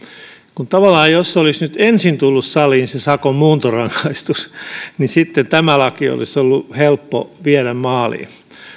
tavallaan jos olisi nyt ensin tullut saliin se sakon muuntorangaistus sitten tämä laki olisi ollut helppo viedä maaliin